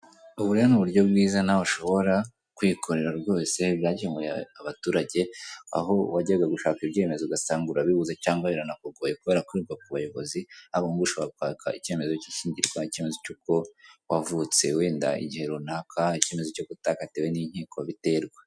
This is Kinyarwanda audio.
Ubu rero ni uburyo bwiza nawe ushobora kwikorera rwose, byakenuye abaturage; aho wajyaga gushaka ibyemezo ugasanga urabibuze cyangwa biranakugoye kubera kwiruka ku bayobozi, ariko ubu ushobora kwaka: icyemezo cy'ishyingirwa, icyemezo cy'uko wavutse wenda igihe runaka, icyemezo cy'uko utakatiwe n'inkiko, biterwa.